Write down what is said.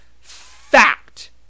fact